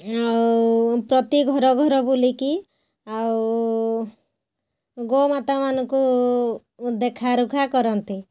ଆଉ ପ୍ରତି ଘର ଘର ବୁଲିକି ଆଉ ଗୋମାତାମାନଙ୍କୁ ଦେଖା ରୁଖା କରନ୍ତି